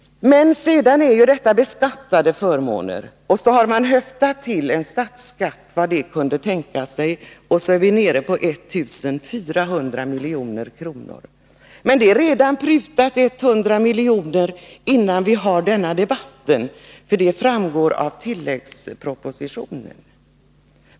Men detta är beskattade förmåner. Sedan har man höftat till en statsskatt— vad det kunde tänkas bli — och så är vi nere på 1 400 milj.kr. Men det har redan prutats 100 miljoner före denna debatt; det framgår av tilläggspropositionen.